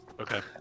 okay